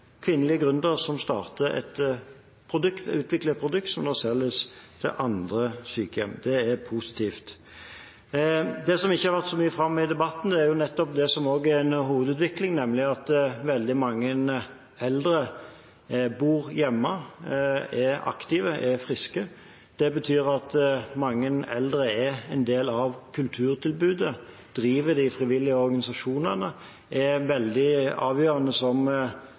andre sykehjem. Det er positivt. Det som ikke har vært så mye framme i debatten, er nettopp det som er en hovedutvikling, nemlig at veldig mange eldre bor hjemme, er aktive og friske. Det betyr at mange eldre er en del av kulturtilbudet – driver de frivillige organisasjonene – og er avgjørende som